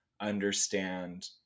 understand